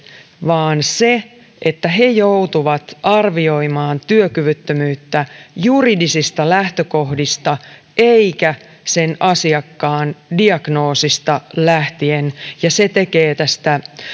vaan se että he joutuvat arvioimaan työkyvyttömyyttä juridisista lähtökohdista eivätkä sen asiakkaan diagnoosista lähtien ja se tekee tästä